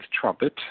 trumpet